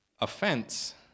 Offense